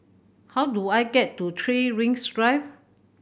how do I get to Three Rings Drive